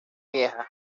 vieja